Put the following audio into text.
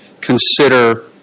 consider